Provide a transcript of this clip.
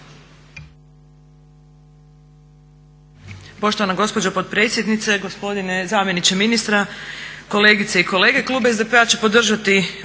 Hvala vam